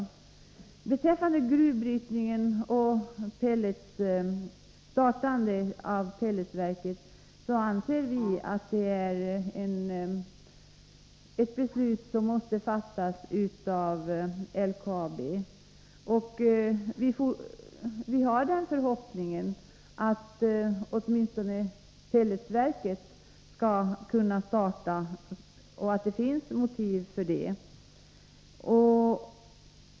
Vi anser att beslutet om gruvbrytningen och startandet av pelletsverket måste fattas av LKAB. Vi har den förhoppningen att åtminstone pelletsverket skall kunna startas — det finns motiv för det.